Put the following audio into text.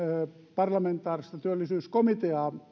parlamentaarista työllisyyskomiteaa